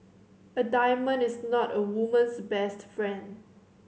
a diamond is not a woman's best friend